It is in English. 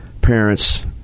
parents